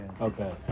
Okay